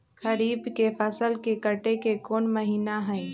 खरीफ के फसल के कटे के कोंन महिना हई?